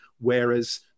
whereas